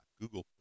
Google+